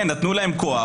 כן, נתנו להם כוח.